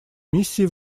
миссии